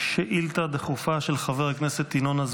7 שאילתה דחופה 7 1874. מתן היתר לתחנת כוח במתקן התפלה אשדוד 8 ינון